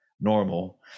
normal